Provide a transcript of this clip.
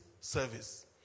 service